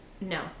no